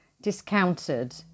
discounted